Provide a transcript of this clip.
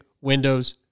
windows